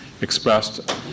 expressed